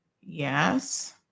Yes